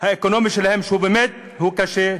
האקונומי שלהם שהוא באמת קשה,